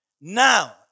Now